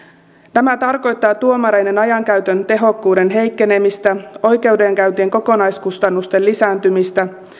tämä tarkoittaa tuomareiden ajankäytön tehokkuuden heikkenemistä ja oikeudenkäyntien kokonaiskustannusten lisääntymistä